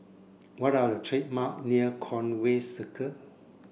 what are the treat mark near Conway Circle